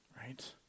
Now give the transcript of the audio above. Right